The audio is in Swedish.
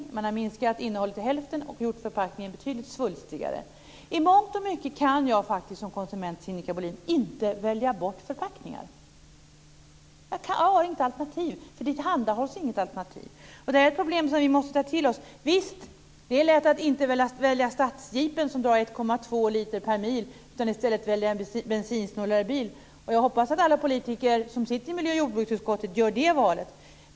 Innehållet har minskats till hälften och förpackningen har gjorts betydligt svulstigare. I mångt och mycket kan jag som konsument, Sinikka Bohlin, faktiskt inte välja bort förpackningar. Jag har inget alternativ, för det tillhandahålls inget alternativ. Det problemet måste vi ta till oss. Visst, det är lätt att inte välja stadsjeepen som drar 1,2 liter per mil och att i stället välja en bensinsnålare bil. Jag hoppas att alla politiker i miljö och jordbruksutskottet gör det valet.